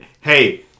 hey